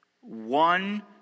One